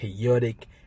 chaotic